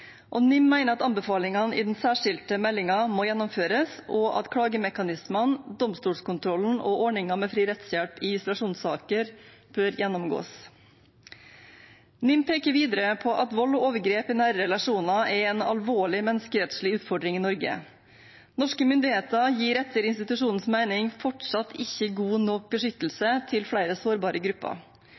at anbefalingene i den særskilte meldingen må gjennomføres, og at klagemekanismene, domstolskontrollen og ordningen med fri rettshjelp i isolasjonssaker bør gjennomgås. NIM peker videre på at vold og overgrep i nære relasjoner er en alvorlig menneskerettslig utfordring i Norge. Norske myndigheter gir etter institusjonens mening fortsatt ikke god nok beskyttelse til flere sårbare grupper.